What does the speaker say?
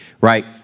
right